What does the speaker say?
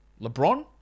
LeBron